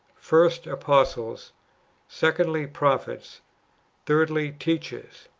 first, apostles secondly, prophets thirdly, teachers.